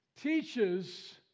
teaches